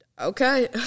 Okay